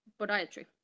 podiatry